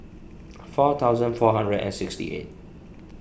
four thousand four hundred and sixty eight